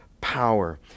power